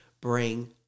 bring